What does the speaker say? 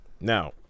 Now